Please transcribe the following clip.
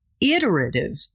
iterative